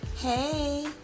Hey